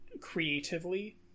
creatively